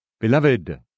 Beloved